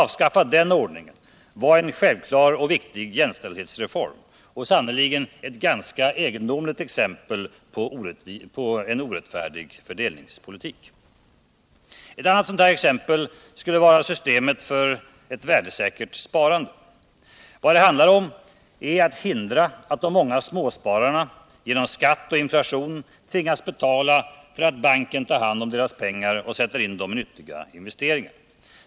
Avskaffandet av den ordningen var en självklar och viktig jämställdhetsreform och är ett egendomligt exempel på orättfärdig fördelningspolitik. Ett annat sådant exempel skulle vara det nya systemet för värdesäkert lönsparande. Vad det handlar om är att hindra att de många småspararna genom skatt och inflation tvingas berala för att banken tar hand om deras pengar och sätter in dem i nyttiga investeringar.